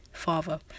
father